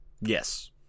Yes